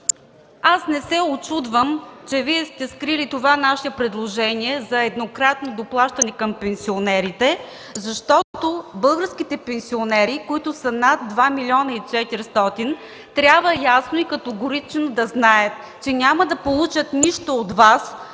Аз не се учудвам, че Вие сте скрили това наше предложение за еднократно доплащане към пенсионерите, защото българските пенсионери, които са над два милиона и четиристотин хиляди трябва ясно и категорично да знаят, че няма да получат нищо от Вас,